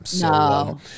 no